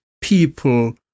people